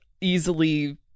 easily